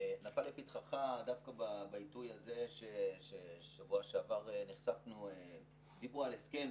נפל לפתחך דווקא בעיתוי הזה נחשפנו - כאשר בשבוע שעבר דיברו על הסכם